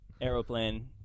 Aeroplane